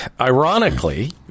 Ironically